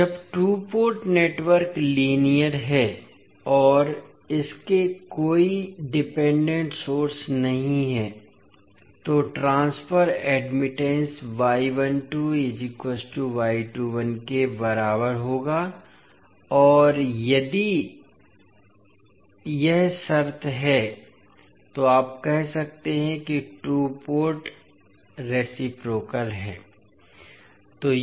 अब जब two port network linear है और इसके कोई डिपेंडेंट सोर्स नहीं हैं तो ट्रांसफर एडमिटेंस के बराबर होगा और फिर यदि यह शर्त है तो आप कह सकते हैं कि टू पोर्ट रेसिप्रोकल है